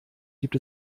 gibt